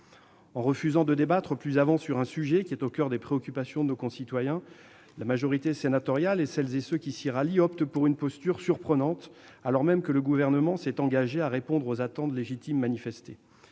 En refusant de débattre plus avant sur un sujet qui est au coeur des préoccupations de nos concitoyens, la majorité sénatoriale et celles et ceux qui s'y rallient optent pour une posture surprenante, alors même que le Gouvernement s'est engagé à répondre aux attentes légitimes qui se